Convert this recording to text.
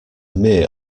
mere